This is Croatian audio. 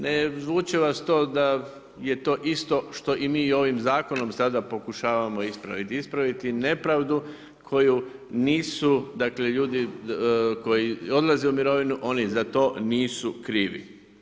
Ne zvuči to da je to isto što i mi ovim zakonom sada pokušavamo ispraviti, ispraviti nepravdu koju nisu ljudi koji odlaze u mirovinu oni za to nisu krivi.